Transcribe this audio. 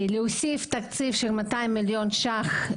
להוסיף תקציב של 200 מיליון שקלים